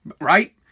right